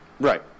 Right